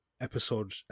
episode